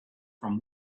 from